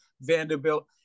Vanderbilt